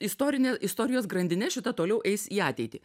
istorine istorijos grandine šita toliau eis į ateitį